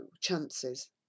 chances